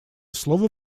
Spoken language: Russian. слово